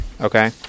Okay